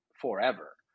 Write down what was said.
forever